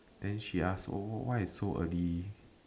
then she ask oh why I so early